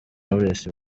knowless